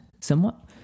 somewhat